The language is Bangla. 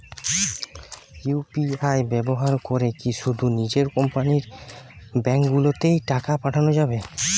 ইউ.পি.আই ব্যবহার করে কি শুধু নিজের কোম্পানীর ব্যাংকগুলিতেই টাকা পাঠানো যাবে?